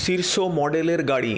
শীর্ষ মডেলের গাড়ি